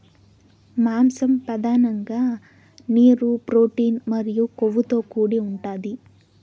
మాంసం పధానంగా నీరు, ప్రోటీన్ మరియు కొవ్వుతో కూడి ఉంటాది